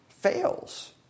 fails